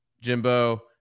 Jimbo